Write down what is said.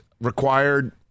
required